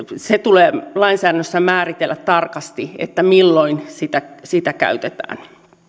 se tulee lainsäädännössä määritellä tarkasti milloin sitä sitä käytetään